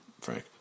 Frank